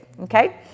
okay